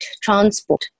transport